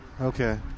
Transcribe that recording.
okay